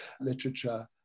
literature